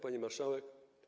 Pani Marszałek!